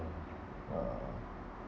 uh